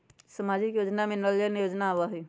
सामाजिक योजना में नल जल योजना आवहई?